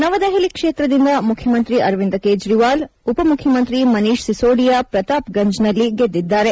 ನವದೆಹಲಿ ಕ್ಷೇತ್ರದಿಂದ ಮುಖ್ಯಮಂತ್ರಿ ಅರವಿಂದ ಕೇಜ್ರವಾಲ್ ಉಪಮುಖ್ಯಮಂತ್ರಿ ಮನೀತ್ ಸಿಸೋಡಿಯಾ ಪ್ರತಾಪ್ ಗಂಜ್ನಲ್ಲಿ ಗೆದ್ದಿದ್ದಾರೆ